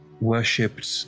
worshipped